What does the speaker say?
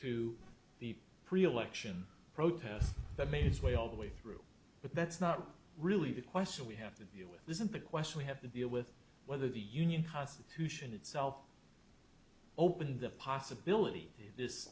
to the pre election protests that made its way all the way through but that's not really the question we have to view with this simple question we have to deal with whether the union constitution itself open the possibility this